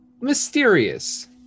mysterious